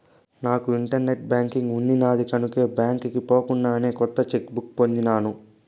నాకు internet banking ఉండిన్నాది కనుకే బాంకీకి పోకుండానే కొత్త చెక్ బుక్ పొందినాను